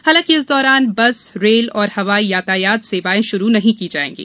हालांकि इस दौरान बस रेल और हवाई यातायात सेवाएं श्रू नहीं की जाएंगी